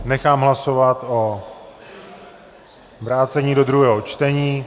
Nechám hlasovat o vrácení do druhého čtení.